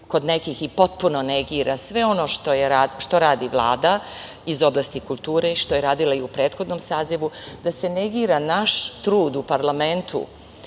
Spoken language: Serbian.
kod nekih i potpuno negira sve ono što radi Vlada iz oblasti kulture i što je radila i u prethodnom sazivu, da se negira naš trud u parlamentu